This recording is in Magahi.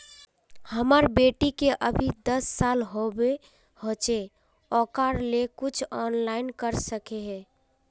हमर बेटी के अभी दस साल होबे होचे ओकरा ले कुछ ऑनलाइन कर सके है?